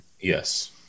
Yes